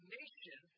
nation